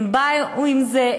הם באו עם זה,